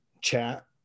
chat